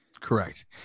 Correct